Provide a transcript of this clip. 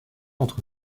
entre